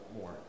more